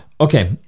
Okay